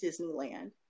Disneyland